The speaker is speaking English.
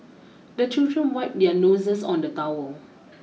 the children wipe their noses on the towel